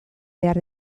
behar